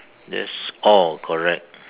that's all correct